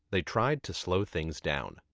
they tried to slow things down.